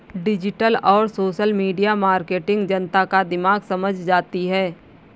digital और social media marketing जनता का दिमाग समझ जाती है